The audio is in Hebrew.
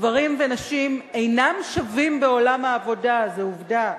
גברים ונשים אינם שווים בעולם העבודה, זו עובדה.